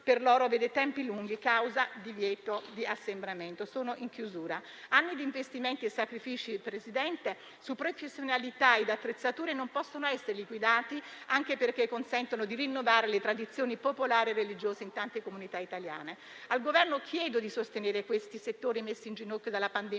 per loro vede tempi lunghi a causa del divieto di assembramento. Presidente, anni di investimenti e sacrifici su professionalità ed attrezzature non possono essere liquidati, anche perché consentono di rinnovare le tradizioni popolari e religiose in tante comunità italiane. Al Governo chiedo di sostenere questi settori messi in ginocchio dalla pandemia,